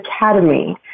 academy